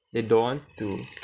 they don't want to